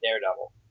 Daredevil